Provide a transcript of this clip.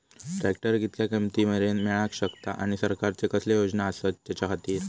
Tractor कितक्या किमती मरेन मेळाक शकता आनी सरकारचे कसले योजना आसत त्याच्याखाती?